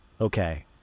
Okay